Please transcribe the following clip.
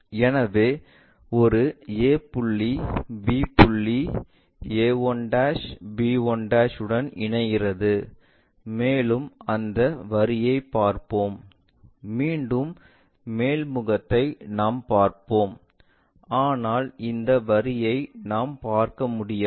எனவே ஒரு a புள்ளி b புள்ளி a1 b1 உடன் இணைகிறது மேலும் அந்த வரியைப் பார்ப்போம் மீண்டும் மேல் முகத்தை நாம் பார்ப்போம் ஆனால் இந்த வரியை நாம் பார்க்க முடியாது